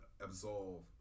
absolve